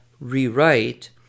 rewrite